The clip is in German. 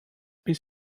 bis